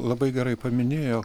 labai gerai paminėjo